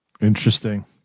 Interesting